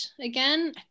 again